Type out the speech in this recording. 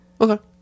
okay